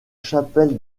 chapelle